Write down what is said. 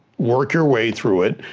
work your way through it,